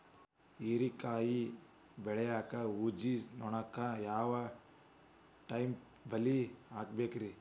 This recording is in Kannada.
ಹೇರಿಕಾಯಿ ಬೆಳಿಯಾಗ ಊಜಿ ನೋಣಕ್ಕ ಯಾವ ಟೈಪ್ ಬಲಿ ಹಾಕಬೇಕ್ರಿ?